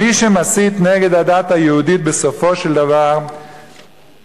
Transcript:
מי שמסית נגד הדת היהודית בסופו של דבר עלול